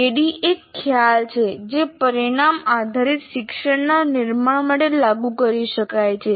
ADDIE એક ખ્યાલ છે જે પરિણામ આધારિત શિક્ષણના નિર્માણ માટે લાગુ કરી શકાય છે